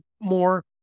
more